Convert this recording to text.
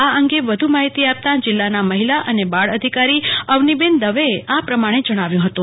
આ અંગે વધુ માહિતી આપતા જીલ્લા ના મહિલા અને બાળ અધિકારી અવનીબેન દવેએ આ પ્રમાણે જણાવ્યું હતું